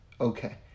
Okay